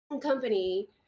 company